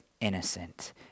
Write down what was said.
innocent